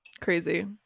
Crazy